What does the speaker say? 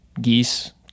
geese